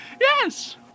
Yes